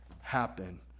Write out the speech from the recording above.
happen